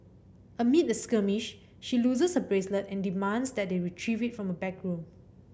amid the skirmish she loses her bracelet and demands that they retrieve it from a backroom